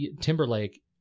timberlake